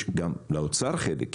גם לאוצר יש חלק,